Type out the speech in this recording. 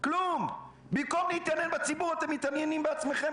במקום להתעניין בציבור אתם מתעניינים בעצמכם.